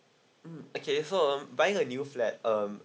mm okay so um buying a new flat um